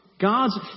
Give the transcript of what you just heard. God's